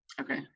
okay